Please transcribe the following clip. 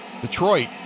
Detroit